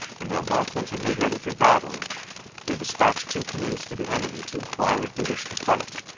when the algonquins had made ready for battle they dispatched two canoes to the enemy to inquire if they wished to fight,